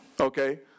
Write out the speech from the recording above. Okay